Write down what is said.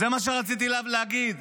זה מה שרציתי להגיד.